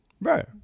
Right